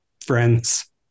friends